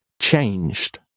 changed